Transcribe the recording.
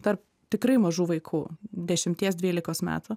tarp tikrai mažų vaikų dešimties dvylikos metų